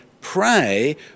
pray